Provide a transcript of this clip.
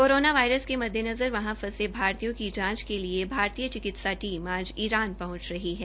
corona virus के मद्देनज़र वहां फंसे भारतीयों की जाच के लिए भारतीय चिकित्सा टीम आज ईरान पहंच रही है